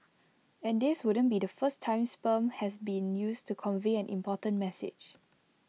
and this wouldn't be the first time sperm has been used to convey an important message